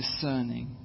discerning